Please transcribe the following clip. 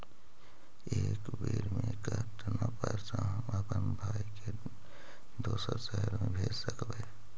एक बेर मे कतना पैसा हम अपन भाइ के दोसर शहर मे भेज सकबै?